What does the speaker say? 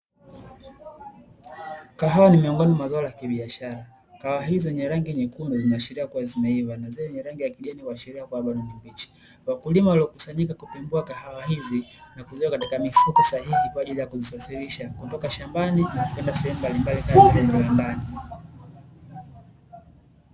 Kahawa ni miongoni mwa zao la kibiashara, kahawa hizi zenye rangi nyekundu huashiria kuwa zimeiva na za kijani kuashiria kuwa bado ni mbichi, wakulima waliokusanyika katika kupindua kahawa hizi na kuziweka katika mifuko sahihi kwa ajili ya kuzisafirisha kutoka shambani na kwenda sehemu mbalimbalii kama vile viwandani.